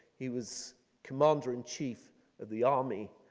he was commander-in-chief of the army.